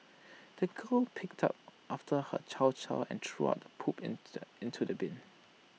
the girl picked up after her chow chow and threw the poop in into the bin